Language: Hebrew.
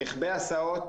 רכבי הסעות,